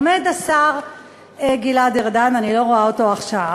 עומד השר גלעד ארדן, אני לא רואה אותו עכשיו,